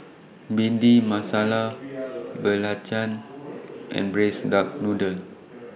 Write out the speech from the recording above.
Bhindi Masala Belacan and Braised Duck Noodle